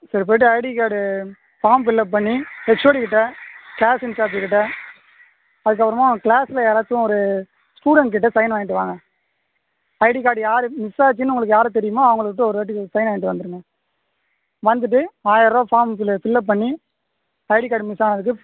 சரி போயிட்டு ID card form fill up பண்ணி ஹெச்ஓடிக்கிட்ட க்ளாஸ் இன்ச்சார்ஜுக்கிட்ட அதுக்கப்புறமா உங்கள் க்ளாஸில் யாராச்சும் ஒரு ஸ்டூடண்ட் கிட்ட சைன் வாங்கிட்டு வாங்க ஐடி கார்டு யாரு மிஸ் ஆச்சுன்னு உங்களுக்கு யாரை தெரியுமோ அவங்களுக்கிட்ட ஒரு வாட்டி நீங்கள் சைன் வாங்கிட்டு வந்துருங்கள் வந்துட்டு ஆயிரருபா ஃபார்ம் ஃபில்ல ஃபில்லப் பண்ணி ஐடி கார்டு மிஸ் ஆனதுக்கு